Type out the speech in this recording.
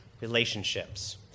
relationships